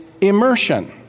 immersion